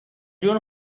جون